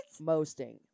Mosting